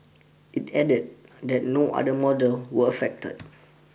it added that no other model were affected